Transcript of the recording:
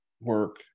work